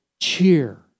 cheer